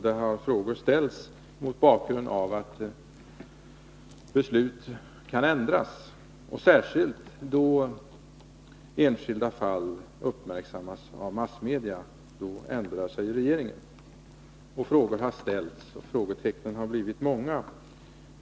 Där har frågor ställts mot bakgrund av att beslut kan ändras — särskilt då enskilda fall uppmärksammas i massmedia, ändrar sig regeringen — och frågetecknen har blivit många.